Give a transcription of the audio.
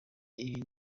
igihe